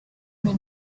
may